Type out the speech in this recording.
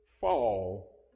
fall